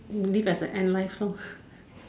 live as a ant life lor